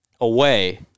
away